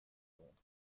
londres